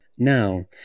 Now